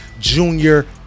Junior